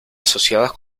asociadas